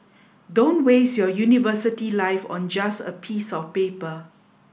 don't waste your university life on just a piece of paper